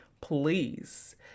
please